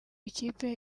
kipe